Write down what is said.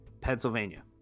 pennsylvania